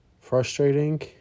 frustrating